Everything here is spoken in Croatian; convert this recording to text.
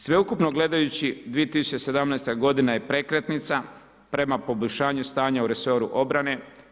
Sveukupno gledajući 2017. godina je prekretnica prema poboljšanju stanja u resoru obrane.